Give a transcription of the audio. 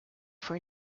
for